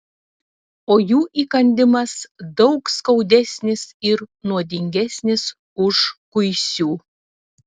o jų įkandimas daug skaudesnis ir nuodingesnis už kuisių